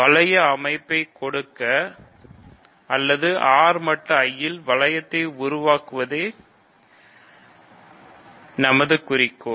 வளைய அமைப்பைக் கொடுக்க அல்லது R மட்டு I ல் வளையத்தை உருவாக்குவதே நமது குறிக்கோள்